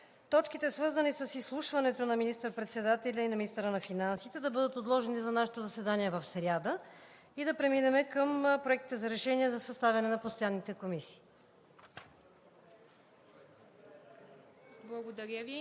точките, свързани с изслушването на министър председателя и на министъра на финансите, да бъдат отложени за нашето заседание в сряда и да преминем към проектите за решения за съставяне на постоянните комисии.